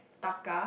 Taka